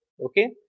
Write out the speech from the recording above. okay